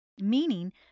meaning